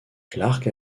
clarke